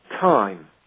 time